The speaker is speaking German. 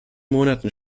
monaten